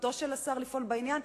מחובתו של השר לפעול בעניין,